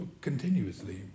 Continuously